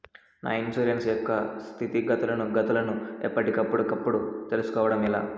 నా ఇన్సూరెన్సు యొక్క స్థితిగతులను గతులను ఎప్పటికప్పుడు కప్పుడు తెలుస్కోవడం ఎలా?